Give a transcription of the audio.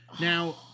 Now